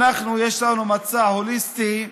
אנחנו, יש לנו מצע הוליסטי,